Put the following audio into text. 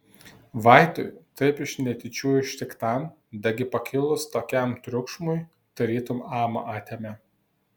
vaitui taip iš netyčių ištiktam dagi pakilus tokiam triukšmui tarytum amą atėmė